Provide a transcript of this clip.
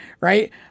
right